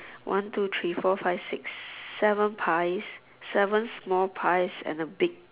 one two three four five six seven pies seven small pies and a big